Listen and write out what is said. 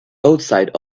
outside